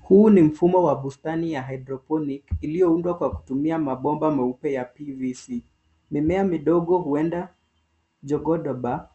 Huu ni mfumo wa bustani ya hydroponic iliyoundwa kwa kutumia mabomba meupe ya PVC . Mimea midogo, huenda jogodobar ,